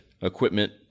equipment